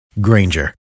Granger